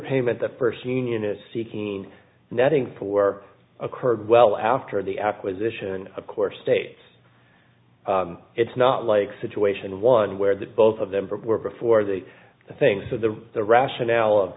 payment the first union is seeking netting for occurred well after the acquisition of course states it's not like situation one where the both of them were before the things so the the rationale